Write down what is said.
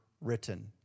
written